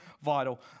vital